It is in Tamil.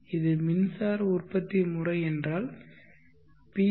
இது மின்சார உற்பத்தி முறை என்றால் பி